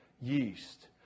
Yeast